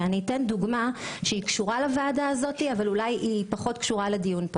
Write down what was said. אתן דוגמה שקשורה לוועדה אבל פחות קשורה לנושא הדיון: